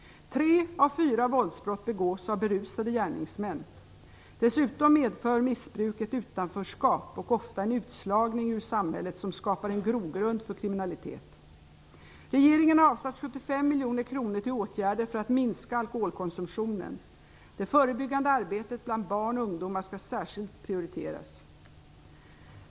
Tre av fyra våldsbrott begås av berusade gärningsmän. Dessutom medför missbruk ett utanförskap och ofta en utslagning ur samhället som skapar en grogrund för kriminalitet. Regeringen har avsatt 75 miljoner kronor till åtgärder för att minska alkoholkonsumtionen. Det förebyggande arbetet bland barn och ungdomar skall särskilt prioriteras.